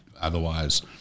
otherwise